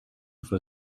for